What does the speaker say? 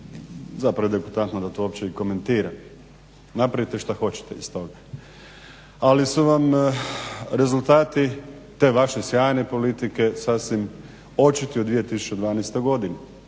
zapravo degutantno da to uopće i komentiram. Napravite što hoćete iz toga. Ali su vam rezultati te vaše sjajne politike sasvim očiti u 2012.godini.